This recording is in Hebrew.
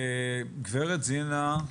בבקשה גברת זינה.